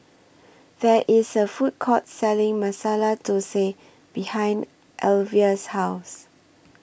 There IS A Food Court Selling Masala Thosai behind Alyvia's House